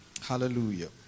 Hallelujah